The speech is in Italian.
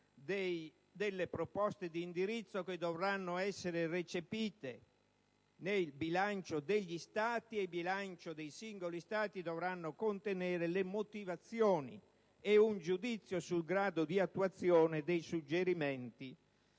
delle proposte di indirizzo che dovranno essere recepite nel bilancio degli Stati. I bilanci dei singoli Stati dovranno contenere le motivazioni e un giudizio sul grado di attuazione dei suggerimenti